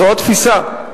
זו התפיסה.